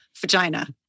Vagina